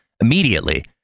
immediately